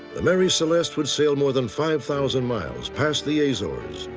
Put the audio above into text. the mary celeste would sail more than five thousand miles, past the azores,